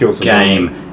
game